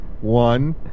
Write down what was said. one